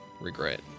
regret